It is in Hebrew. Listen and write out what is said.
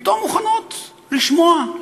פתאום מוכנות לשמוע,